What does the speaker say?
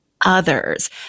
others